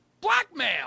blackmail